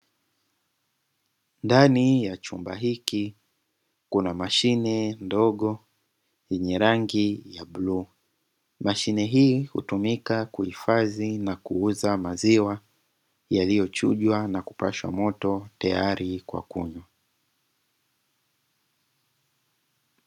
Ndani ya chumba hiki kuna mashine ndogo yenye rangi ya bluu. Mashine hii hutumika kuhifadhi na kuuza maziwa yaliyochujwa na kupashwa moto tayari kwa kunywa.